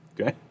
Okay